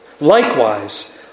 likewise